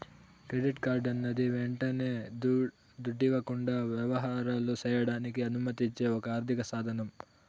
credit కార్డన్నది యంటనే దుడ్డివ్వకుండా యవహారాలు సెయ్యడానికి అనుమతిచ్చే ఒక ఆర్థిక సాదనం